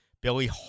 Billy